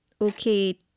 Okay